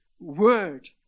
word